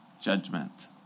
judgment